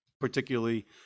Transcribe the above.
particularly